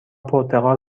پرتقال